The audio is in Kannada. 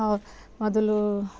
ಹೌ ಮೊದಲು